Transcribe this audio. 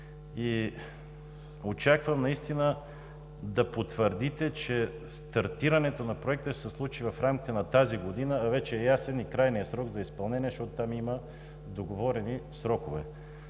Очаквам да потвърдите, че стартирането на Проекта ще се случи в рамките на тази година, а вече е ясен и крайният срок за изпълнение, защото там има договорени срокове.